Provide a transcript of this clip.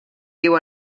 viu